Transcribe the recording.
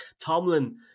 Tomlin